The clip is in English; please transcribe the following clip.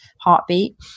heartbeat